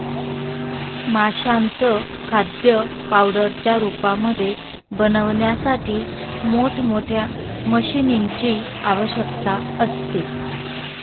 माशांचं खाद्य पावडरच्या रूपामध्ये बनवण्यासाठी मोठ मोठ्या मशीनीं ची आवश्यकता असते